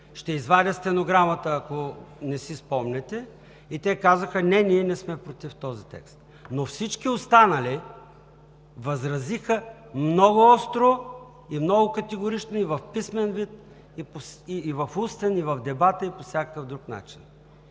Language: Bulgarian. Ще извадя стенограмата, ако не си спомняте. Те казаха: „Не, ние не сме против този текст“. Но всички останали възразиха много остро и много категорично – и в писмен вид, и в устен, и в дебата, и по всякакъв друг начин.